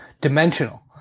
dimensional